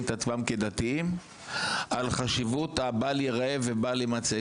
את עצמם כדתיים על חשיבות הבל ייראה ובל יימצא.